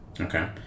Okay